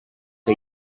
que